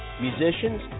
musicians